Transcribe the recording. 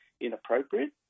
inappropriate